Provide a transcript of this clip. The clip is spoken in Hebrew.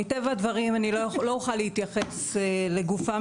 מטבע הדברים אני לא אוכל להתייחס לגופם